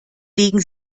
legen